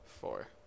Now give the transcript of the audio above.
four